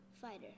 fighter